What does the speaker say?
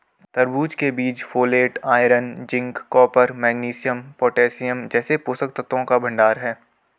तरबूज के बीज folate, iron, zinc, copper, magnesium, potassium जैसे पोषक तत्वों का भंडार है